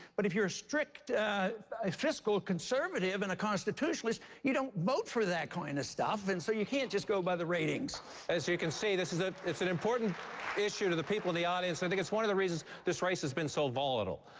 but if you're a strict fiscal conservative and a constitutionalist you don't vote for that kind of stuff and so you can't just go by the ratings. king as you can see, this is a it's an important issue to the people in the audience. i think it's one of the reasons this race has been so volatile.